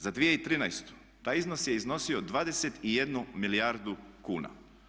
Za 2013. taj iznos je iznosio 21 milijardu kuna.